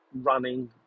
running